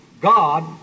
God